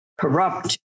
corrupt